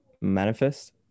Manifest